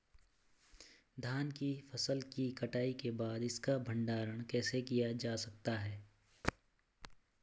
धान की फसल की कटाई के बाद इसका भंडारण कैसे किया जा सकता है?